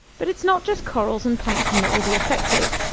but it's not just corals and plankton that will be affected.